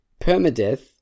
permadeath